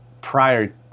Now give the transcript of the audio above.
prior